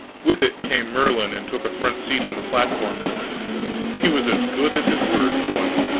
with it came merlin, and took a front seat on the platform he was as good as his word for once.